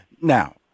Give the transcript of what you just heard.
Now